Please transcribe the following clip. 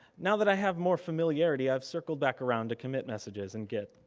now, that i have more familiarity i've circled back around to commit messages in git,